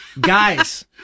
guys